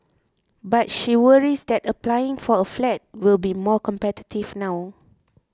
but she worries that applying for a flat will be more competitive now